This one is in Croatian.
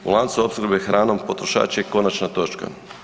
U lancu opskrbe hranom potrošač je konačna točka.